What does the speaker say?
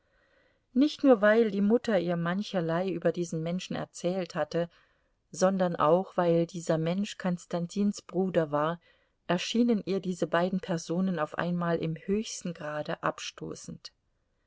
nicht nur weil die mutter ihr mancherlei über diesen menschen erzählt hatte sondern auch weil dieser mensch konstantins bruder war erschienen ihr diese beiden personen auf einmal im höchsten grade abstoßend